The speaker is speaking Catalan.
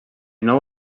nou